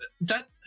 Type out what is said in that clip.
That-